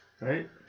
right